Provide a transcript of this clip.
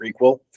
prequel